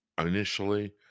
Initially